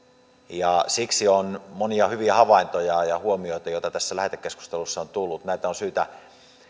siksi näitä monia hyviä havaintoja ja huomioita joita tässä lähetekeskustelussa on tullut on